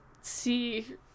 see